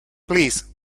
please